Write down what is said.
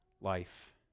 life